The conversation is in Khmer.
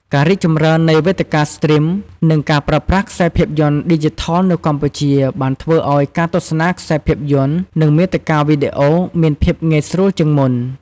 ការរីកចម្រើននៃវេទិកាស្ទ្រីម និងការប្រើប្រាស់ខ្សែភាពយន្តឌីជីថលនៅកម្ពុជាបានធ្វើឲ្យការទស្សនាខ្សែភាពយន្ត និងមាតិកាវីដេអូមានភាពងាយស្រួលជាងមុន ។